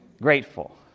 grateful